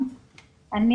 אני